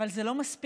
אבל זה לא מספיק.